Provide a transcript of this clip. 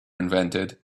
invented